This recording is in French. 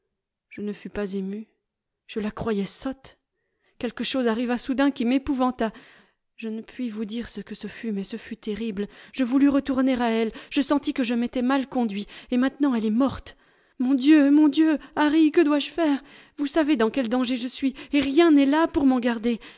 je ne fus pas ému je la croyais sotte quelque chose arriva soudain qui m'épouvanta je ne puis vous dire ce que ce fut mais ce fut terrible je voulus retourner à elle je sentis que je m étais mal conduit et maintenant elle est morle mon dieu mon dieu harry que dois-je faire p vous savez dans quel danger je suis et rien n'est là pour m'en garder